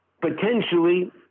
potentially